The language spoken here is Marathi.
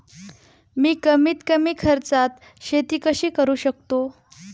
मी कमीत कमी खर्चात शेती कशी करू शकतो?